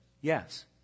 Yes